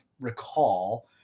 recall